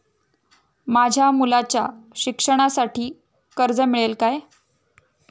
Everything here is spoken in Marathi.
माझ्या मुलाच्या शिक्षणासाठी कर्ज मिळेल काय?